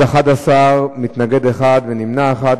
בעד, 11, מתנגד אחד ונמנע אחד.